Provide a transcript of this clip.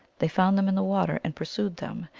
they found them in the water, and pursued them,